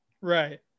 right